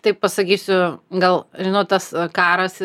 taip pasakysiu gal žinot tas karas